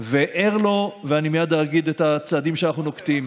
וער לו, ואני מייד אגיד מה הצעדים שאנחנו נוקטים.